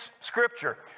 scripture